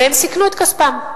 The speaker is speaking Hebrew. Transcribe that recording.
והם סיכנו את כספם.